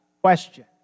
Question